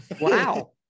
Wow